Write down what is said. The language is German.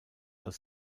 als